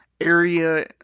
area